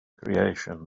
creation